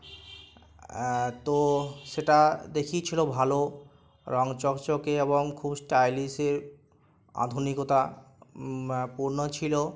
তো সেটা দেখিয়েছিলো ভালো রং চকচকে এবং খুব স্টাইলিশে আধুনিকতা পূর্ণ ছিলো